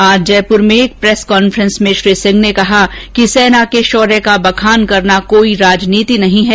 आज जयपुर में एक प्रेस कांफ्रेस में श्री सिंह ने कहा कि सेना के शौर्य का बखान करना कोई राजनीति नहीं है